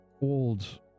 old